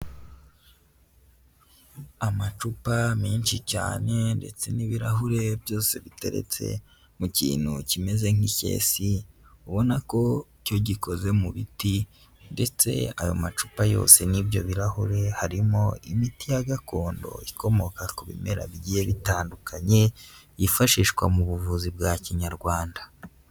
Amacupa menshi cyane ndetse n'ibirahure byose biteretse mu kintu kimeze nk'icyesi, ubona ko icyo gikoze mu biti ndetse ayo macupa yose n'ibyo birahure harimo imiti ya gakondo ikomoka ku bimera bigiye bitandukanye, yifashishwa mu buvuzi bwa Kinyarwanda.